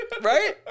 Right